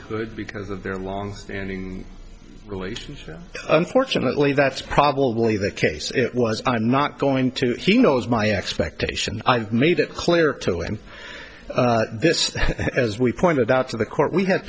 could because of their long standing relations unfortunately that's probably the case it was not going to he knows my expectations i've made it clear to him this as we pointed out to the court we ha